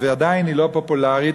ועדיין היא לא פופולרית,